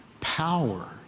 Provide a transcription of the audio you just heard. power